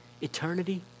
eternity